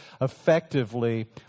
effectively